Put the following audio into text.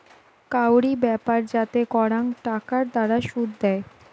কাউরি ব্যাপার যাতে করাং টাকার দ্বারা শুধ দেয়